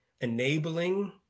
enabling